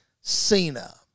Cena